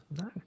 No